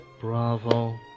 Bravo